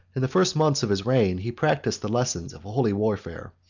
in the first months of his reign he practised the lessons of holy warfare,